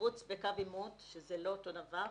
קיבוץ בקו עימות, שזה לא אותו דבר,